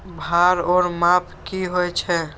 भार ओर माप की होय छै?